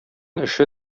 эше